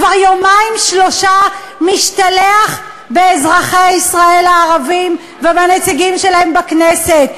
כבר יומיים-שלושה משתלח באזרחי ישראל הערבים ובנציגים שלהם בכנסת?